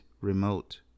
remote